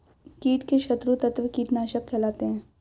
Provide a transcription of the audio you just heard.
कीट के शत्रु तत्व कीटनाशक कहलाते हैं